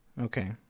Okay